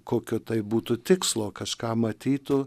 kokio tai būtų tikslo kažką matytų